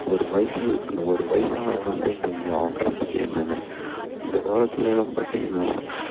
ஒரு வயது அந்த ஒரு வயதானவனுக்கு தான் தெரியும் அவன் கஷ்டம் என்னனு இந்த காலத்திலேலாம் பார்த்திங்கன்னா